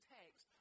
text